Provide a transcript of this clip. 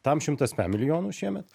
tam šimtas pem milijonų šiemet